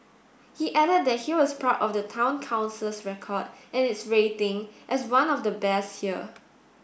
he added that he was proud of the Town Council's record and its rating as one of the best here